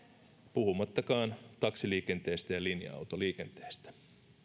puhumattakaan taksiliikenteestä ja linja autoliikenteestä